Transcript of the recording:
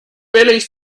billig